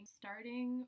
starting